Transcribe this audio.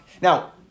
Now